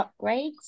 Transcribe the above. upgrades